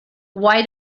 why